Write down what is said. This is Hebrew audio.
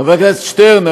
חבר הכנסת שטרן,